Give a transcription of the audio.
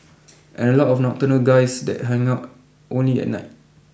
and a lot of nocturnal guys that hang out only at night